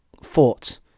fought